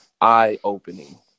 eye-opening